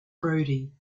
brody